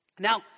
Now